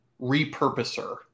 repurposer